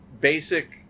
basic